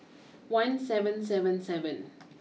one seven seven seven